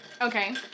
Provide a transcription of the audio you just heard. Okay